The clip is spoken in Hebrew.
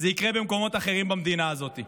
זה יקרה במקומות אחרים במדינה הזאת.